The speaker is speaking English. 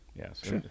Yes